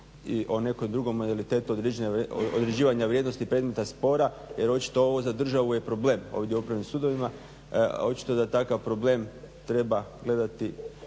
i o nekom drugu … određivanja vrijednosti predmeta spora jer očito ovo je za državu je problem ovdje o upravnim sudovima, a očito da takav problem treba gledati